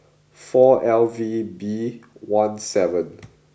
four L V B one seven